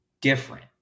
different